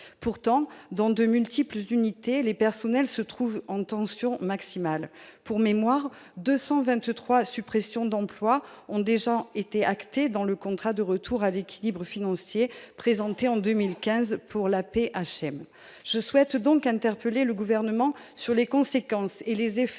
Pourtant, dans de multiples unités, les personnels se trouvent en tension maximale. Pour mémoire, 223 suppressions d'emplois ont déjà été actées dans le contrat de retour à l'équilibre financier présenté en 2015 par l'AP-HM. Je souhaite donc interpeller le Gouvernement sur les conséquences et les effets